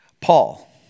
Paul